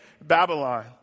Babylon